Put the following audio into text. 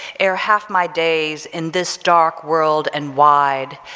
ere half my days in this dark world and wide,